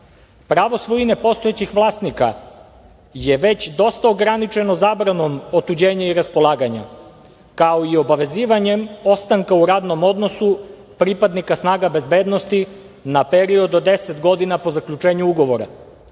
svojine postojećih vlasnika je već dosta ograničeno zabranom, otuđenja i raspolaganja kao i obavezivanjem ostanka u radnom odnosu pripadnika snaga bezbednosti na period od deset godina po zaključenju ugovora,